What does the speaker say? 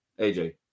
AJ